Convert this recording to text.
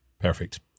Perfect